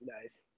Nice